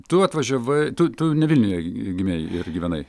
tu atvažiavai tu tu ne vilniuje gimei ir gyvenai